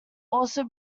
also